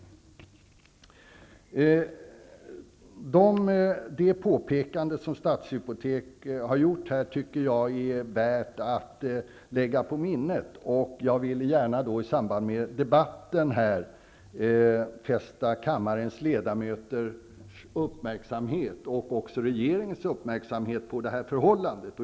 Jag tycker att det påpekande som Stadshypotek här har gjort är värt att lägga på minnet. Jag vill i den här debatten gärna fästa kammarens ledamöters och även regeringens uppmärksamhet på det här förhållandet.